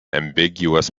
ambiguous